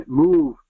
move